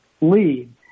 lead